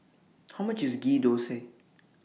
How much IS Ghee Thosai